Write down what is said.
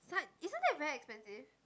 isn't that very expensive